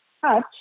touch